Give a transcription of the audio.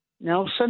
Nelson